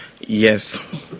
Yes